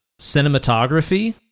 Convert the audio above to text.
cinematography